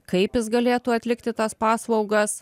kaip jis galėtų atlikti tas paslaugas